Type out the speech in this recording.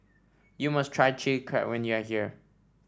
you must try Chili Crab when you are here